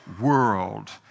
world